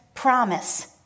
Promise